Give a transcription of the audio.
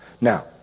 Now